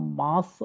mass